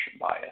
bias